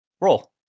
roll